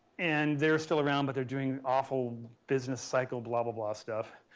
and they're still around, but they're doing awful business cycle blah, blah, blah stuff.